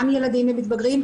גם ילדים ומתגברים,